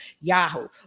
Yahoo